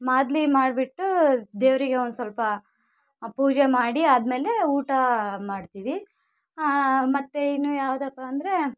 ಮಾದಲಿ ಮಾಡಿಬಿಟ್ಟು ದೇವರಿಗೆ ಒಂದು ಸ್ವಲ್ಪ ಆ ಪೂಜೆ ಮಾಡಿ ಆದ ಮೇಲೆ ಊಟ ಮಾಡ್ತೀವಿ ಮತ್ತು ಇನ್ನು ಯಾವ್ದಪ್ಪ ಅಂದರೆ